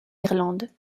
irlande